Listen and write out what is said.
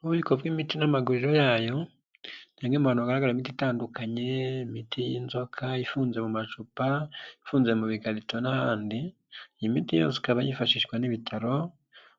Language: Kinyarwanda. Ububiko bw'imiti n'amaguriro yayo ni ni hamwe mu hantu hagaragara imiti itandukanye imiti y'inzoka ifunze mu macupa, ifunze mu bikarito n'ahandi. Iyi miti yose ikaba yifashishwa n'ibitaro